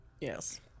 Yes